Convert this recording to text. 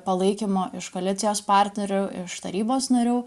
palaikymo iš koalicijos partnerių iš tarybos narių